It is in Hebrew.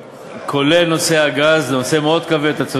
בגז, בגז.